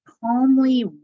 calmly